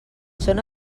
són